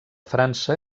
frança